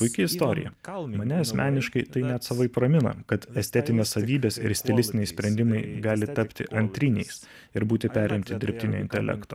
puiki istorija mane asmeniškai tai net savaip ramina kad estetinės savybės ir stilistiniai sprendimai gali tapti antriniais ir būti perimti dirbtinio intelekto